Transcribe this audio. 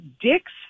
dicks